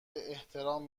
احترام